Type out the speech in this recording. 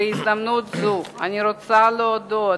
בהזדמנות זו אני רוצה להודות,